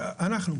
אנחנו.